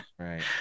Right